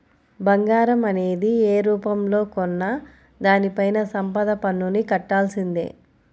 బంగారం అనేది యే రూపంలో కొన్నా దానిపైన సంపద పన్నుని కట్టాల్సిందే